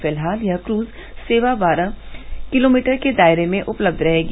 फिलहाल यह क्रज सेवा बारह किलोमीटर के दायरे में उपलब्ध होगी